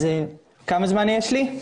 כמה זמן יש לי?